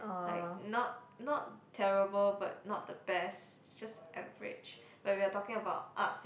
like not not terrible but not the best it's just average but if we are talking about arts in